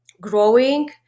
growing